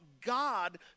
God